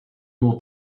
nur